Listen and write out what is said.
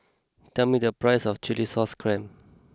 tell me the price of Chilli Sauce Clams